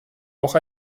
auch